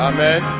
Amen